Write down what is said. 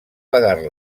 pagar